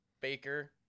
Baker